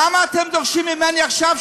למה אתם דורשים ממני עכשיו,